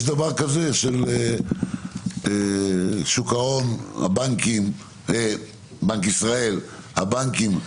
יש דבר כזה של שוק ההון, בנק ישראל, הבנקים,